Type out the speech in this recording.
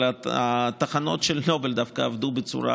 אבל התחנות של נובל דווקא עבדו בצורה